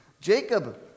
Jacob